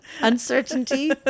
uncertainty